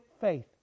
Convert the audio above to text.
faith